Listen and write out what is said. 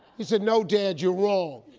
he said, no dad, you're wrong.